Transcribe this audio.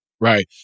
right